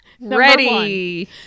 Ready